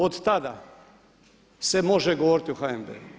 Od tada se može govoriti o HNB-u.